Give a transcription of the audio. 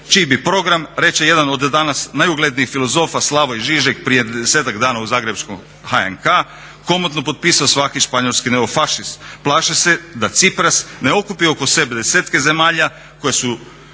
čiji bi program reče jedan od danas najuglednijih filozofa Slavoj Žižek prije 10-ak dana u zagrebačkom HNK komotno potpisao svaki španjolski neofašist. Plaše se da Cypras ne okupi oko sebe 10-ak zemalja koje su